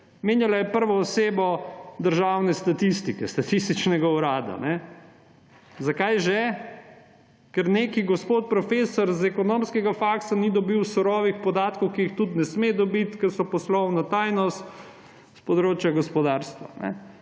Menjala je prvo osebo statističnega urada. Zakaj že? Ker neki gospod profesor z ekonomskega faksa ni dobil surovih podatkov, ki jih tudi ne sme dobiti, ker so poslovna tajnost s področja gospodarstva.